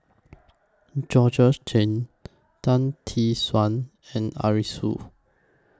Georgette Chen Tan Tee Suan and Arasu